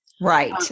Right